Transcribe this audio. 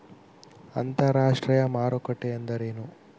ಅಂತರಾಷ್ಟ್ರೇಯ ಮಾರುಕಟ್ಟೆ ಎಂದರೇನು?